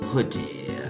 Hoodie